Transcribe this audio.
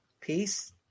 peace